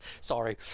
Sorry